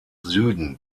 süden